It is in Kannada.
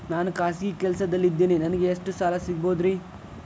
ನಾನು ಖಾಸಗಿ ಕೆಲಸದಲ್ಲಿದ್ದೇನೆ ನನಗೆ ಎಷ್ಟು ಸಾಲ ಸಿಗಬಹುದ್ರಿ?